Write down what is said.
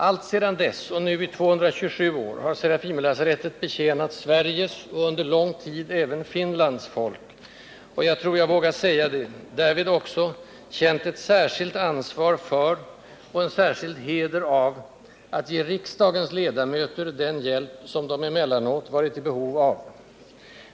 Alltsedan dess, och nu i 227 år, har Serafimerlasarettet betjänat Sveriges — och under lång tid även Finlands — folk och, jag tror jag vågar säga det, därvid också känt ett särskilt ansvar för, och en särskild heder av, att ge riksdagens ledamöter den hjälp som de emellanåt varit i behov av.